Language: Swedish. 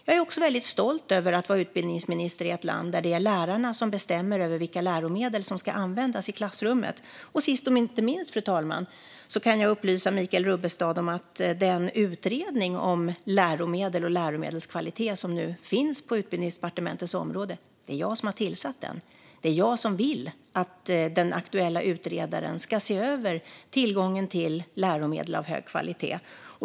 Jag är också stolt över att vara utbildningsminister i ett land där lärarna bestämmer vilka läromedel som ska användas i klassrummen. Fru talman! Sist men inte minst kan jag upplysa Michael Rubbestad om att det är jag som har tillsatt utredningen om läromedel och läromedelskvalitet. Det är jag som vill att den aktuella utredaren ska se över tillgången till läromedel av hög kvalitet.